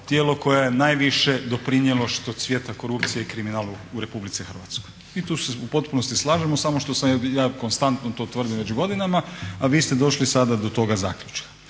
tijelo koje je najviše doprinijelo što cvjeta korupcija i kriminal u Republici Hrvatskoj. I tu se u potpunosti slažemo samo što ja konstantno to tvrdim već godinama a vi ste došli sada do toga zaključka.